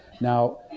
Now